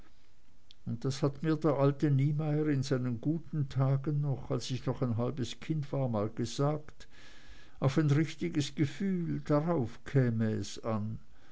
und das hat mir der alte niemeyer in seinen guten tagen noch als ich noch ein halbes kind war mal gesagt auf ein richtiges gefühl darauf käme es an